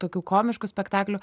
tokių komiškų spektaklių